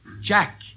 Jack